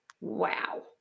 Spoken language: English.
wow